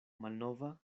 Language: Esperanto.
malnova